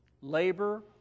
labor